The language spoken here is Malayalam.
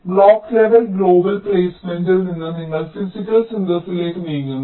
ബ്ലോക്ക് ലെവൽ ഗ്ലോബൽ പ്ലെയ്സ്മെന്റിൽ നിന്ന് നിങ്ങൾ ഫിസിക്കൽ സിന്തസിസിലേക്ക് നീങ്ങുന്നു